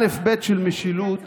אלף-בית של משילות